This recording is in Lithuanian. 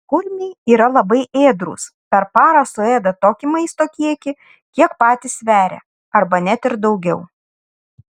kurmiai yra labai ėdrūs per parą suėda tokį maisto kiekį kiek patys sveria arba net ir daugiau